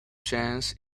chance